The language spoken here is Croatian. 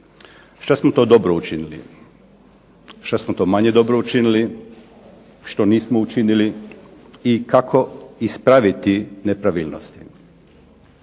šta smo to dobro učinili, šta smo to manje dobro učinili, što nismo učinili i kako ispraviti nepravilnosti